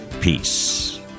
peace